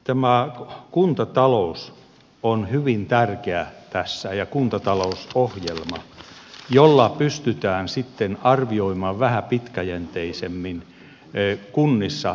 tämä kuntatalous on hyvin tärkeä tässä ja kuntatalousohjelma jolla pystytään sitten arvioimaan vähän pitkäjänteisemmin kunnissa mihin mennään